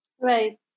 Right